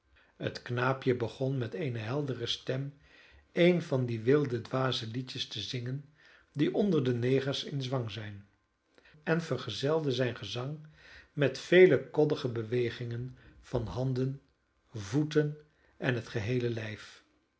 het knaapje begon met eene heldere stem een van die wilde dwaze liedjes te zingen die onder de negers in zwang zijn en vergezelde zijn gezang met vele koddige bewegingen van handen voeten en het geheele lijf